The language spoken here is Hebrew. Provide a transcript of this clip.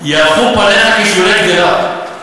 ייהפכו פניך כשולי קדירה.